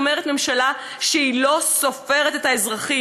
אומרת ממשלה שהיא לא סופרת את האזרחים,